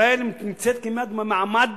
ישראל נמצאת כמעט במעמד